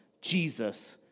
Jesus